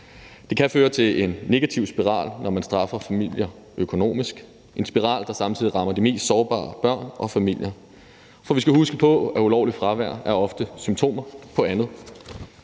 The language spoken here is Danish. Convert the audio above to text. Det kan føre til en negativ spiral, når man straffer familier økonomisk, en spiral, der samtidig rammer de mest sårbare børn og familier. For vi skal huske på, at et ulovligt fravær ofte er symptomer på noget